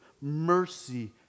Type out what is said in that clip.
mercy